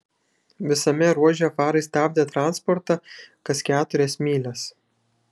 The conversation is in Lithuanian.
visame ruože farai stabdė transportą kas keturias mylias